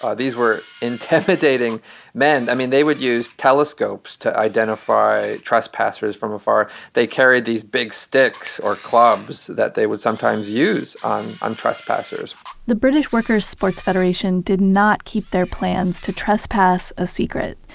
these were intimidating men i mean they would use telescopes to identify trespassers from afar. they carried these big sticks or clubs that they would sometimes use on on trespassers the british workers sports federation did not keep their plans to trespass a secret,